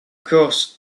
course